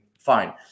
Fine